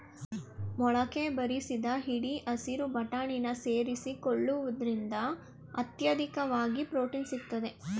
ಮೊಳಕೆ ಬರಿಸಿದ ಹಿಡಿ ಹಸಿರು ಬಟಾಣಿನ ಸೇರಿಸಿಕೊಳ್ಳುವುದ್ರಿಂದ ಅತ್ಯಧಿಕವಾಗಿ ಪ್ರೊಟೀನ್ ಸಿಗ್ತದೆ